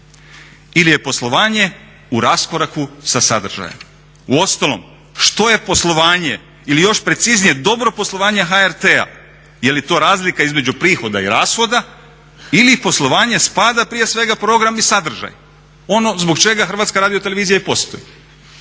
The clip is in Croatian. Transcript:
ili je poslovanje u raskoraku sa sadržajem? U ostalom što je poslovanje ili još preciznije dobro poslovanje HRT-a je li to razlika između prihoda i rashoda ili poslovanje spada prije svega program i sadržaj, ono zbog čega HRT i postoji?